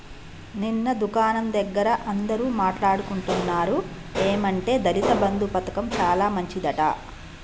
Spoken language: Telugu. నిన్న దుకాణం దగ్గర అందరూ మాట్లాడుకుంటున్నారు ఏమంటే దళిత బంధు పథకం చాలా మంచిదట